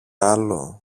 άλλο